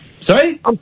Sorry